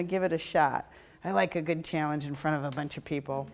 to give it a shot i like a good challenge in front of a bunch of people